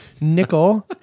Nickel